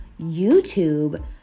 YouTube